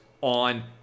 on